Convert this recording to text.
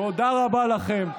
תודה רבה לכם.